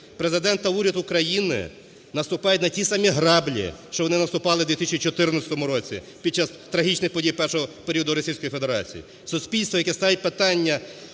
Президент та уряд України наступають на ті самі граблі, що вони наступали у 2014 році під час трагічних подій першого періоду Російської Федерації. Суспільство, яке ставить питання